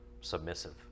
submissive